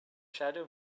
shadow